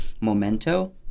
memento